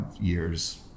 years